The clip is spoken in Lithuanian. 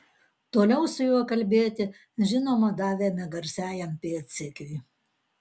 toliau su juo kalbėti žinoma davėme garsiajam pėdsekiui